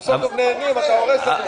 אנחנו סוף-סוף נהנים ואתה הורס לנו.